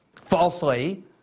falsely